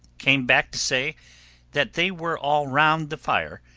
came back to say that they were all round the fire,